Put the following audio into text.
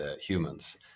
humans